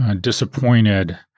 disappointed